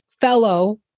fellow